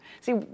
See